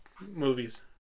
movies